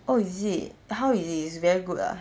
oh is it how is it it's very good ah